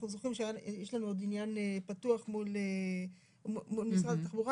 אנחנו זוכרים שיש לנו עוד עניין פתוח מול משרד התחבורה,